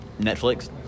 Netflix